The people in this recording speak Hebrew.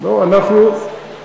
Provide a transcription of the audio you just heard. בתוך שבוע.